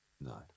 No